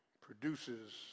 produces